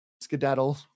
skedaddle